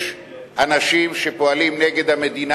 יש אנשים שפועלים נגד המדינה,